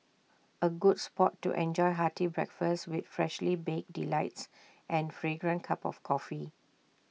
A good spot to enjoy hearty breakfast with freshly baked delights and fragrant cup of coffee